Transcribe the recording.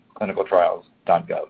clinicaltrials.gov